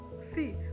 See